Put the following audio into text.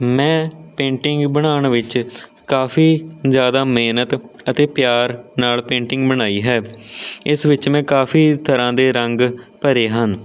ਮੈਂ ਪੇਂਟਿੰਗ ਬਣਾਉਣ ਵਿੱਚ ਕਾਫ਼ੀ ਜ਼ਿਆਦਾ ਮਿਹਨਤ ਅਤੇ ਪਿਆਰ ਨਾਲ਼ ਪੇਂਟਿੰਗ ਬਣਾਈ ਹੈ ਇਸ ਵਿੱਚ ਮੈਂ ਕਾਫ਼ੀ ਤਰ੍ਹਾਂ ਦੇ ਰੰਗ ਭਰੇ ਹਨ